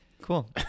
Cool